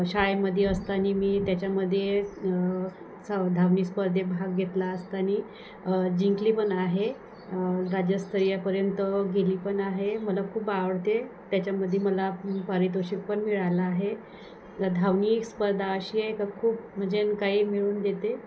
शाळेमध्ये असताना मी त्याच्यामध्ये सा धावणे स्पर्धेत भाग घेतला असताना जिंकले पण आहे राजस्तरीयपर्यंत गेले पण आहे मला खूप आवडते त्याच्यामध्ये मला पारितोषिक पण मिळालं आहे धावणे स्पर्धा अशी आहे की खूप म्हणजे काही मिळून देते